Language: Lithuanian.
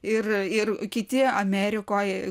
ir ir kiti amerikoj